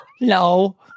No